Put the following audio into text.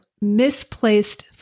misplaced